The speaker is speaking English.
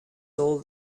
old